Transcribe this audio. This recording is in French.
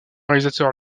réalisateur